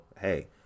Hey